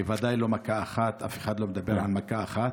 בוודאי לא במכה אחת, אף אחד לא מדבר על מכה אחת.